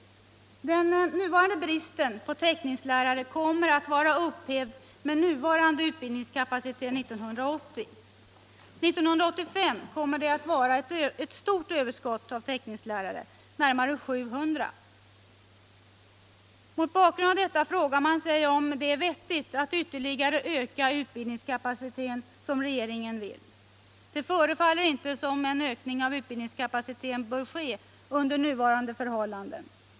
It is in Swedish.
Den rådande bristen på teckningslärare kommer att vara upphävd 1980 med nuvarande utbildningskapacitet. År 1985 kommer det att vara ett stort överskott av teckningslärare, närmare 700 stycken. Mot bakgrund av detta frågar man sig om det är vettigt att ytterligare öka utbildningskapaciteten, vilket regeringen vill. Det förefaller inte som om en ökning av utbildningskapaciteten bör ske under nuvarande förhållanden.